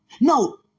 No